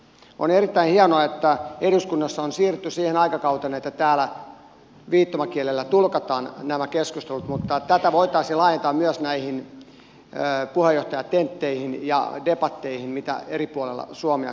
on erittäin hienoa että eduskunnassa on siirrytty siihen aikakauteen että täällä viittomakielellä tulkataan nämä keskustelut mutta tätä voitaisiin laajentaa myös näihin puheenjohtajatentteihin ja debatteihin joita eri puolilla suomea käydään